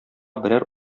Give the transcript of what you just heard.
берәр